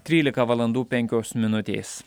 trylika valandų penkios minutės